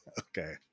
Okay